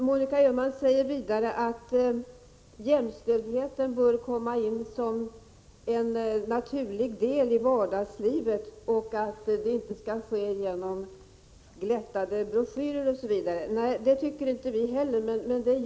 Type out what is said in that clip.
Monica Öhman säger vidare att jämställdheten bör komma in som en naturlig del i vardagslivet och att det inte skall ske genom glättade broschyrer, osv. Nej, det tycker inte vi heller.